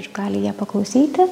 ir gali jie paklausyti